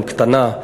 קטנה,